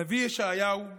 הנביא ישעיהו,